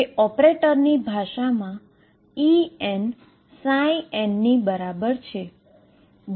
જે ઓપરેટરની ભાષામાંની બરાબર છે